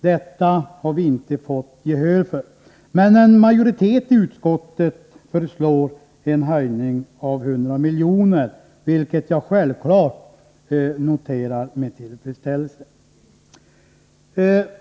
Detta har vi inte fått gehör för, men en majoritet i utskottet föreslår en höjning med 100 miljoner, vilket jag självfallet noterar med tillfredsställelse.